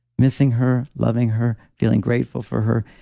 missing her, loving her, feeling grateful for her.